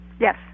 Yes